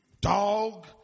dog